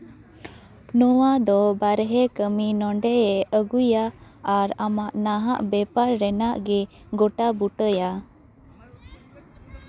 ᱱᱚᱣᱟ ᱫᱚ ᱵᱟᱨᱦᱮ ᱠᱟᱹᱢᱤ ᱱᱚᱰᱮ ᱟᱹᱜᱩᱭᱟ ᱟᱨ ᱟᱢᱟᱜ ᱱᱟᱦᱟᱜ ᱵᱮᱯᱟᱨ ᱨᱮᱱᱟᱜ ᱜᱮ ᱜᱳᱴᱟ ᱵᱩᱴᱟᱹᱭᱟ